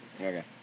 okay